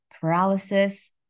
paralysis